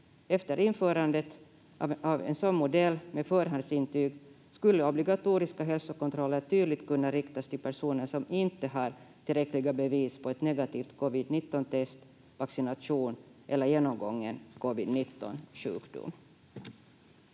Efter införandet av en sådan modell med förhandsintyg skulle obligatoriska hälsokontroller tydligt kunna riktas till personer som inte har tillräckliga bevis på ett negativt covid-19-test, vaccination eller genomgången covid-19-sjukdom.”